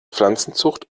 pflanzenzucht